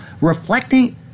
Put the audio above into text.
reflecting